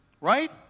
right